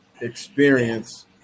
experience